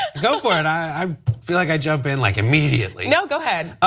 ah go-ahead. i feel like i jump in like immediately. you know go-ahead.